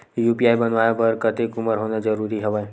UPI बनवाय बर कतेक उमर होना जरूरी हवय?